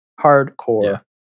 hardcore